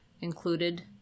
included